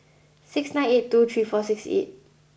six nine eight two three four six eight